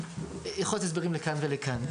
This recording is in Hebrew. יכולים להיות הסברים לכאן ולכאן.